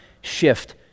shift